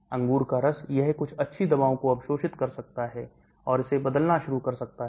अंगूर का रस यह कुछ अच्छी दवाओं को अवशोषित कर सकता है और इसे बदलना शुरू कर सकता है